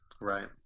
Right